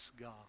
God